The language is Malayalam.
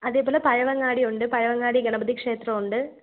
അതേപോലെ പഴവങ്ങാടിയുണ്ട് പഴവങ്ങാടി ഗണപതിക്ഷേത്രമുണ്ട്